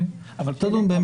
נדון.